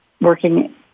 working